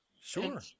Sure